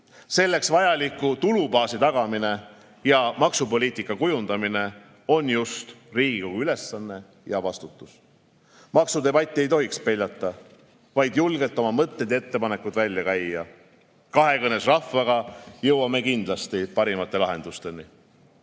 Selleks vajaliku tulubaasi tagamine ja maksupoliitika kujundamine on just Riigikogu ülesanne ja vastutus. Maksudebatti ei tohiks peljata, vaid tuleks julgelt oma mõtted ja ettepanekud välja käia. Kahekõnes rahvaga jõuame kindlasti parimate lahendusteni. Auväärsed